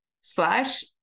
slash